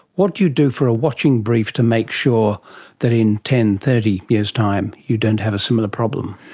what do you do for a watching brief to make sure that in ten, thirty years' time you don't have a similar problem?